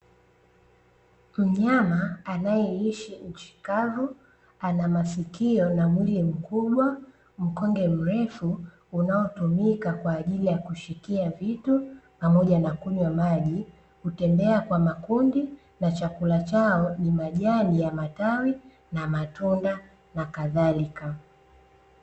Mnyama anayeishi nchi kavu ana masikio na mwili mkubwa, mkonge mrefu unaotumika kwa ajili ya kushikia vitu pamoja na kunywa maji, hutembea kwa makundi na chakula chao ni majani ya matawi na matunda nakadhalika.